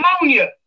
Ammonia